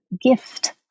gift